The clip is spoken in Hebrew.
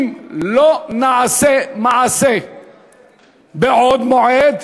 אם לא נעשה מעשה בעוד מועד,